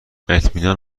اطمینان